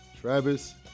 Travis